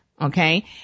okay